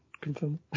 confirm